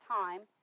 time